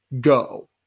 go